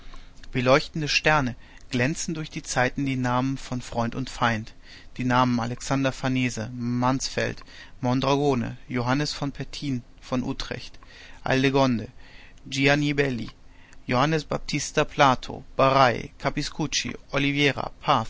wie leuchtende sterne glänzen durch die zeiten die namen von freund und feind die namen alexander farnese mansfeld mondragone johannes pettin von utrecht